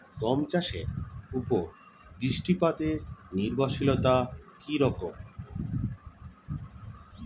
গম চাষের উপর বৃষ্টিপাতে নির্ভরশীলতা কী রকম?